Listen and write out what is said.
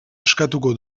eskatuko